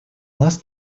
нас